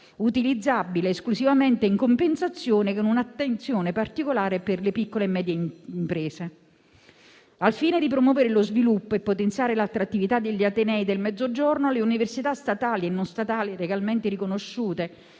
utilizzabile esclusivamente in compensazione, con un'attenzione particolare per le piccole e medie imprese. Al fine di promuovere lo sviluppo e potenziare l'attrattività degli atenei del Mezzogiorno, alle università statali e non statali legalmente riconosciute